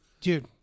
Dude